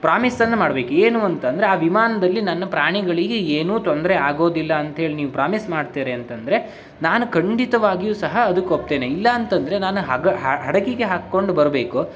ಪ್ರಾಮಿಸ್ಸನ್ನು ಮಾಡ್ಬೇಕು ಏನು ಅಂತಂದ್ರೆ ಆ ವಿಮಾನದಲ್ಲಿ ನನ್ನ ಪ್ರಾಣಿಗಳಿಗೆ ಏನೂ ತೊಂದರೆ ಆಗೋದಿಲ್ಲ ಅಂತೇಳಿ ನೀವು ಪ್ರಾಮಿಸ್ ಮಾಡ್ತೀರಿ ಅಂತಂದರೆ ನಾನು ಖಂಡಿತವಾಗಿಯೂ ಸಹ ಅದಕ್ಕೆ ಒಪ್ತೇನೆ ಇಲ್ಲ ಅಂತಂದರೆ ನಾನು ಹಡಗಿಗೆ ಹಾಕಿಕೊಂಡು ಬರಬೇಕು